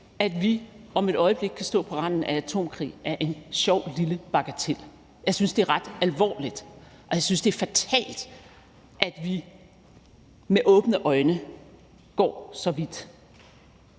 at vi om et øjeblik kan stå på randen af atomkrig, er en sjov lille bagatel. Jeg synes, det er ret alvorligt, og jeg synes, det er fatalt, at vi med åbne øjne går så vidt.